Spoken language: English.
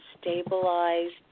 stabilized